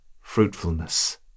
fruitfulness